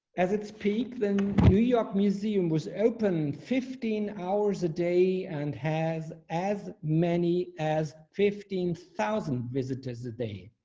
as its peak, then new york museum was open fifteen hours a day, and has as many as fifteen thousand visitors a day,